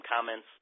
comments